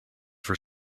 for